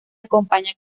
acompaña